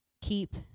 keep